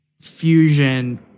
fusion